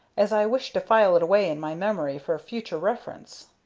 as i wish to file it away in my memory for future reference?